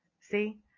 see